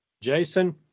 Jason